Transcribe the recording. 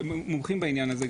מומחים בעניין הזה,